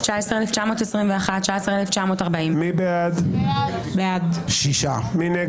19,921 עד 19,940. מי בעד?